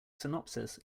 synopsis